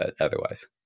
otherwise